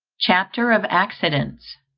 chapter of accidents.